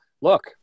look